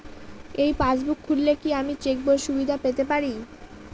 এই পাসবুক খুললে কি আমি চেকবইয়ের সুবিধা পেতে পারি?